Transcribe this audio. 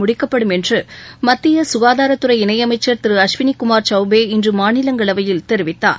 முடிக்கப்படும் என்று மத்திய சுகாதாரத்துறை இணை அமைச்சர் திரு அஸ்வினி குமார் சௌபே இன்று மாநிலங்களவையில் தெரிவித்தார்